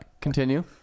Continue